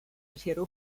potato